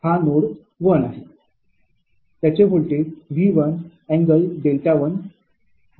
तर हा नोड 1 आहे त्याचे व्होल्टेज V1 ∠δ1 होते